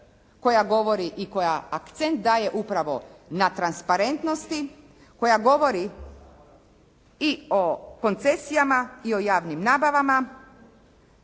koja govori i koja akcent daje upravo na transparentnosti, koja govori i o koncesijama i o javnim nabavama